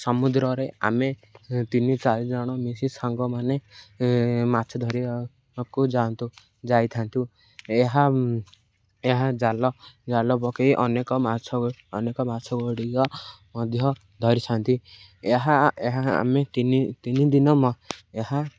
ସମୁଦ୍ରରେ ଆମେ ତିନି ଚାରି ଜଣ ମିଶି ସାଙ୍ଗମାନେ ମାଛ ଧରିବାକୁ ଯାଆନ୍ତୁ ଯାଇଥାନ୍ତୁ ଏହା ଏହା ଜାଲ ଜାଲ ପକେଇ ଅନେକ ମାଛ ଅନେକ ମାଛଗୁଡ଼ିକ ମଧ୍ୟ ଧରିଥାନ୍ତି ଏହା ଏହା ଆମେ ତିନି ତିନି ଦିନ ଏହା